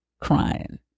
crying